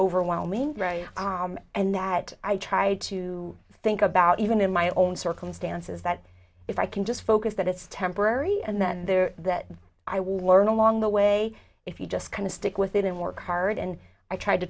overwhelming and that i try to think about even in my own circumstances that if i can just focus that it's temporary and then there that i will learn along the way if you just kind of stick with it and work hard and i tried to